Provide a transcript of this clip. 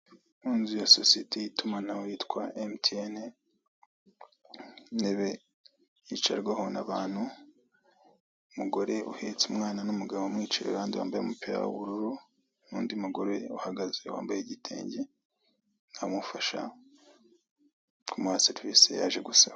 Inzu ya sosiyete y'itumanaho yitwa emutiyene; intebe yicarwaho n'abantu; umugore uhetse umwana n'umugabo umwicaye iruhande wambaye umupira w'ubururu, n'undi mugore uhagaze wambaye igitenge amufasha, amuha serivisi yaje gusaba.